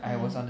mm